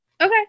Okay